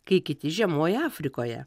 kai kiti žiemoja afrikoje